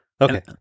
Okay